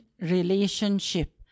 relationship